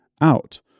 out